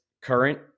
current